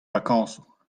vakañsoù